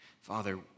Father